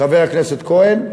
חבר הכנסת כהן,